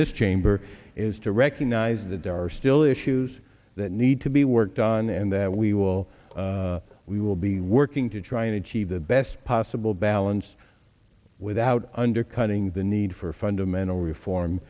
this chamber is to recognize that there are still issues that need to be worked on and that we will we will be working to try and achieve the best possible balance without undercutting the need for fundamental reform